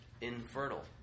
infertile